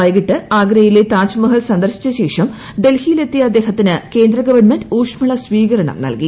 വൈകിട്ട് ആഗ്രയിലെ താജ്മഹൽ സന്ദർശിച്ച ശേഷം ഡൽഹിയിലെത്തിയ അദ്ദേഹത്തിന് കേന്ദ്രഗവൺമെന്റ് ഊഷ്മള സ്വീകരണം നൽകി